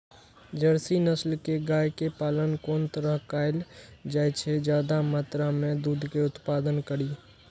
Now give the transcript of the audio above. Jersey नस्ल के गाय के पालन कोन तरह कायल जाय जे ज्यादा मात्रा में दूध के उत्पादन करी?